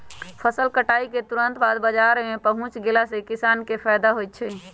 फसल कटाई के तुरत बाद बाजार में पहुच गेला से किसान के फायदा होई छई